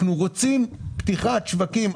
אנחנו רוצים השקעה בפתיחת שווקים.